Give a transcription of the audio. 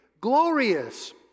glorious